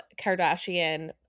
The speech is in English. Kardashian